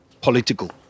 political